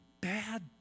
bad